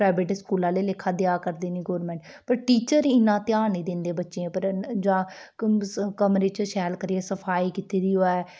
private स्कूलै आह्ले लेखा देआ करदे न गौरमेंट पर टीचर इन्ना ध्यान निं दिंदे बच्चें पर जां कमरे च शैल करियै सफाई कीती दी होऐ